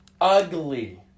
Ugly